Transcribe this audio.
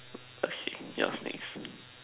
okay you ask next